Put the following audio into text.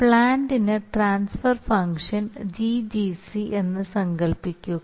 പ്ലാന്റിന് transfer function GGC എന്ന് സങ്കൽപ്പിക്കുക